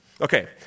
Okay